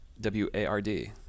W-A-R-D